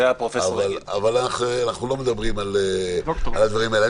אבל אנחנו לא מדברים על הדברים האלה.